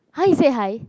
!huh! you said hi